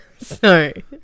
Sorry